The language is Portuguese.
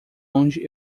onde